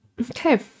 Okay